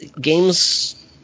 games